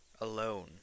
alone